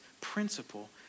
principle